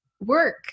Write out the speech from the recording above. work